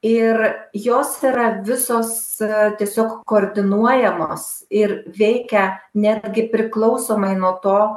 ir jos yra visos tiesiog koordinuojamos ir veikia netgi priklausomai nuo to